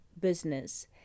business